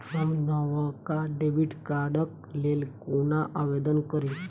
हम नवका डेबिट कार्डक लेल कोना आवेदन करी?